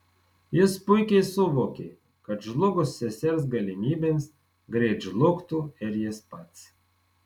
jis puikiai suvokė kad žlugus sesers galimybėms greit žlugtų ir jis pats